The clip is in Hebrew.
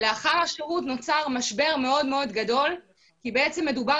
לאחר השירות נוצר משבר מאוד גדול כי בעצם דובר